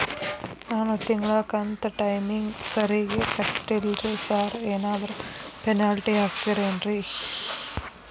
ನಾನು ತಿಂಗ್ಳ ಕಂತ್ ಟೈಮಿಗ್ ಸರಿಗೆ ಕಟ್ಟಿಲ್ರಿ ಸಾರ್ ಏನಾದ್ರು ಪೆನಾಲ್ಟಿ ಹಾಕ್ತಿರೆನ್ರಿ?